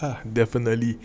ah definitely